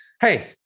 Hey